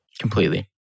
Completely